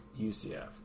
ucf